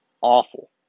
awful